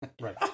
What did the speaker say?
Right